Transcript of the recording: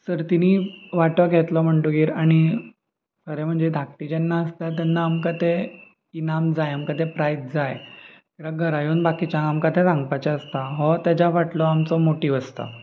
सर्तिंनी वांटो घेतलो म्हणटकच आनी खरें म्हणजे धाकटीं जेन्ना आसता तेन्ना आमकां तें इनाम जाय आमकां तें प्रायज जाय कारण घरा येवन बाकीच्यांक आमकां तें सांगपाचें आसता हो तेज्या फाटलो आमचो मोटीव आसता